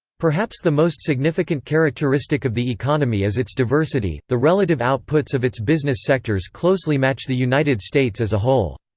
perhaps the most significant characteristic of the economy is its diversity the relative outputs of its business sectors closely match the united states as a whole.